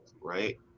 right